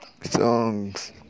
songs